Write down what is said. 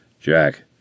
Jack